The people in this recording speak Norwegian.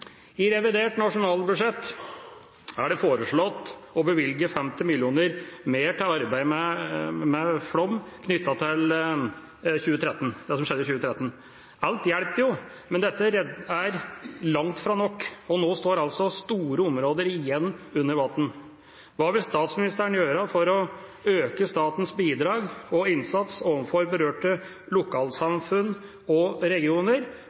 I revidert nasjonalbudsjett er det foreslått å bevilge 50 mill. kr mer til arbeidet med flom, knyttet til det som skjedde i 2013. Alt hjelper jo, men dette er langt fra nok, og nå står store områder igjen under vann. Hva vil statsministeren gjøre for å øke statens bidrag og innsats overfor berørte lokalsamfunn og regioner?